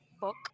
book